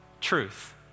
truth